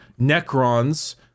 Necrons